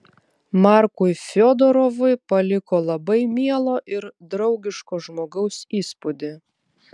markui fiodorovui paliko labai mielo ir draugiško žmogaus įspūdį